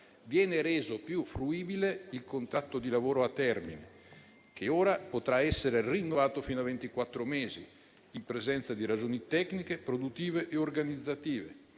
di età, reso più fruibile il contratto di lavoro a termine, che ora potrà essere rinnovato fino a ventiquattro mesi in presenza di ragioni tecniche, produttive e organizzative.